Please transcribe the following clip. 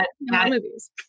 movies